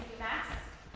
math.